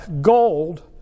Gold